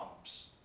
comes